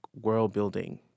world-building